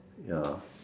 ya